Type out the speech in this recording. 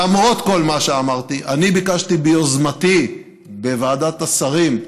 למרות כל מה שאמרתי, ביקשתי ביוזמתי בוועדת השרים,